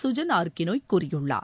Gajan R கினோய் கூறியுள்ளார்